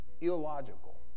illogical